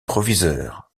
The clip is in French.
proviseur